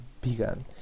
began